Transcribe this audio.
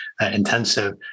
intensive